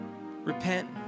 Repent